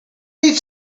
meet